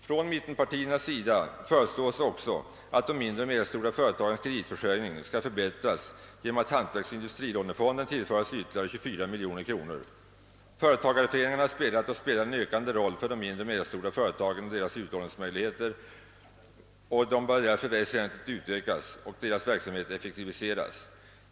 Från mittenpartiernas sida föreslås också att de mindre och medelstora fö retagens kreditförsörjning skall förbättras genom att hantverksoch industrilånefonden tillföres ytterligare 24 miljoner kronor. Företagareföreningarna har spelat och spelar en ökande roll för de mindre och medelstora företagen, och deras utlåningsmöjligheter bör väsentligt utökas och deras verksamhet effektiviseras.